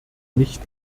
nicht